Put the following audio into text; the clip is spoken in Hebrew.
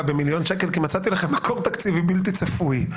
במיליון שקל כי מצאתי לכם מקור תקציבי בלתי צפוי.